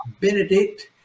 Benedict